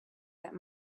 that